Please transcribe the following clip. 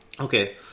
Okay